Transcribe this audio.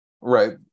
right